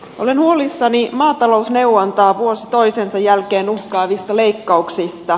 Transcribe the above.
olen huolissani maatalousneuvontaa vuosi toisensa jälkeen uhkaavista leikkauksista